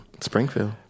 Springfield